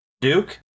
duke